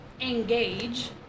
engage